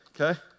okay